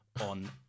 on